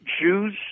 Jews